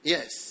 Yes